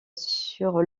sur